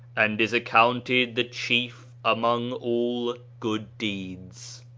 and is accounted the chief among all good deeds.